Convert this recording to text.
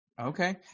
Okay